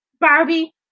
Barbie